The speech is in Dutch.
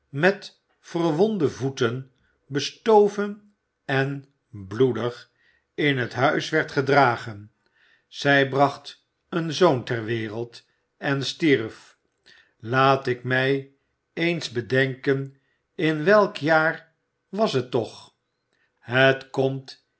met verwonde voeten bestoven en bloedig in het huis werd gedragen zij bracht een zoon ter wereld en stierf laat ik mij eens bedenken in welk jaar was het toch het komt